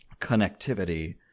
connectivity